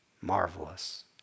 Marvelous